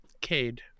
Cade